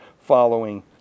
following